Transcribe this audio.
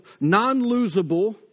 non-losable